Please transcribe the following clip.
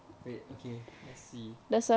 wait okay let's see